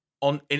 on